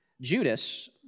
Judas